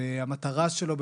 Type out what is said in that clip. המטרה שלו,